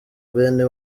bene